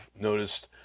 noticed